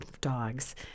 dogs